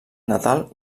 natal